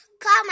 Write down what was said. come